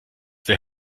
der